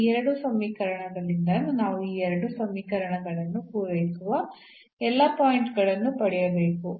ಈ ಎರಡು ಸಮೀಕರಣಗಳಿಂದ ನಾವು ಈ ಎರಡು ಸಮೀಕರಣಗಳನ್ನು ಪೂರೈಸುವ ಎಲ್ಲಾ ಪಾಯಿಂಟ್ ಗಳನ್ನು ಪಡೆಯಬೇಕು